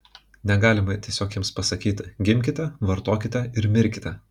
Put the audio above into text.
negalima tiesiog jiems pasakyti gimkite vartokite ir mirkite